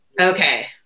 Okay